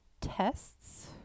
tests